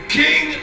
king